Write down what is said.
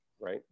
Right